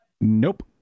nope